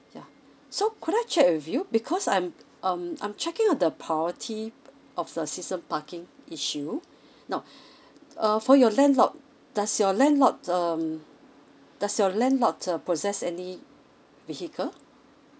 ya so could I check with you because I'm um I'm checking on the priority of the season parking issue now uh for your landlord does your landlord um does your landlord uh possess any vehicle